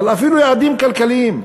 אבל אפילו יעדים כלכליים,